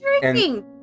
drinking